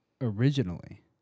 originally